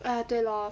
ah 对 lor